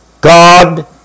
God